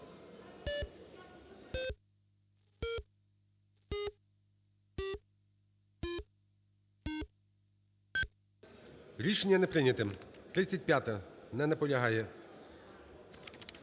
Рішення не прийняте. 35-а. Не наполягає.